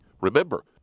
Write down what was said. Remember